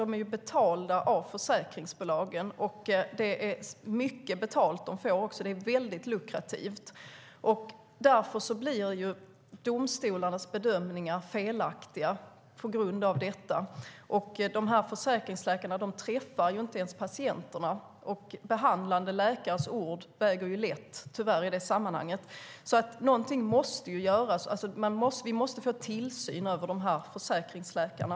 De är betalda av försäkringsbolagen, och det är mycket betalt de får. Det är lukrativt. På grund av detta blir domstolarnas bedömningar felaktiga. Försäkringsläkarna träffar inte ens patienterna, och behandlande läkares ord väger tyvärr lätt i sammanhanget. Någonting måste göras. Vi måste få tillsyn över försäkringsläkarna.